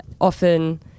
often